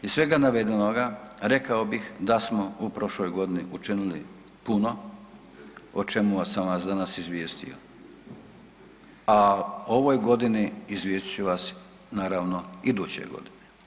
Iz svega navedenoga rekao bih da smo u prošloj godini učini puno o čemu sam vas danas izvijestio, a o ovoj godini izvijestit ću vas naravno iduće godine.